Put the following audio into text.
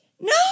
No